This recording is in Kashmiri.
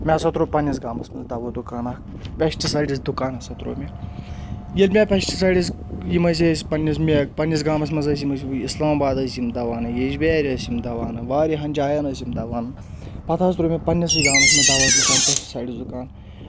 مےٚ ہَسا تروو پنٕنِس گامَس منٛز دَوا دُکان اَکھ پیسٹٕسایڈس دُکان ہَسا تروو مےٚ ییٚلہِ مےٚ پؠسٹٕسایڈٕس یِم ہسا ٲسۍ پنٕنِس مےٚ پَنٕنِس گامَس منٛز ٲسۍ یِم ٲسۍ اِسلام باد ٲسۍ یِم دَوا اَنان ییٚجبارِ ٲسۍ یِم دَوا اَنان واریاہَن جایَن ٲسۍ یِم دَوا انان پَتہٕ ہَسا ترٛوو مےٚ پَننِسٕے گامَس منٛز دَوا دُکان پیشٹسایڈٕز دُکان